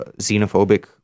xenophobic